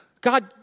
God